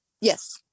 Yes